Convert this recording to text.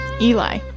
Eli